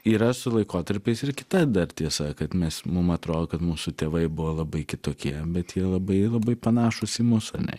yra su laikotarpiais ir kita dar tiesa kad mes mum atrodo kad mūsų tėvai buvo labai kitokie bet jie labai labai panašūs į mus ane